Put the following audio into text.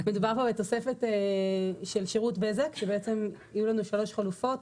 מדובר פה בתוספת של שירות בזק שבעצם יהיו לנו שלוש חלופות.